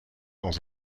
dans